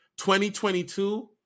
2022